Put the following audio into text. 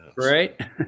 right